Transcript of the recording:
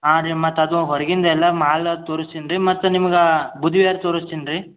ಹಾಂ ರೀ ಅದು ಮತ್ತು ಹೊರಗಿಂದ ಎಲ್ಲ ಮಾಲ್ ಅದ ತೋರಿಸ್ತೀನಿ ರೀ ಮತ್ತು ನಿಮ್ಗ ಬುಧವಾರ ತೋರಿಸ್ತೀನಿ ರೀ